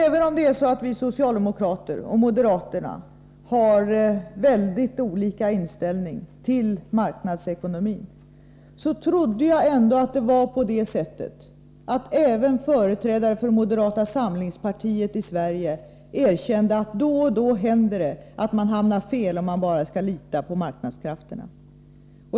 Även om vi socialdemokrater och moderaterna har mycket olika inställning till marknadsekonomin trodde jag att även företrädare för moderata samlingspartiet i Sverige erkände att det då och då händer att man hamnar fel, om man bara litar på marknadskrafterna.